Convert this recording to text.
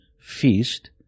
feast